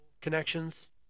connections